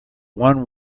one